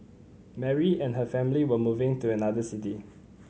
Mary and her family were moving to another city